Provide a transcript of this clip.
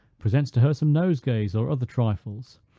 presents to her some nosegays, or other trifles,